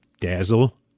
dazzle